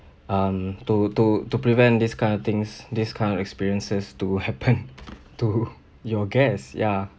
um to to to prevent these kind of things these kind of experiences to happen to your guests ya